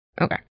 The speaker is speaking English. Okay